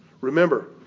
Remember